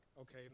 okay